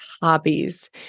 hobbies